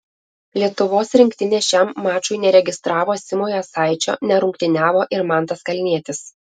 lietuvos rinktinė šiam mačui neregistravo simo jasaičio nerungtyniavo ir mantas kalnietis